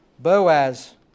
Boaz